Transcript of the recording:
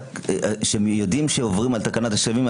כשהם יודעים שהם עוברים על תקנת השבים,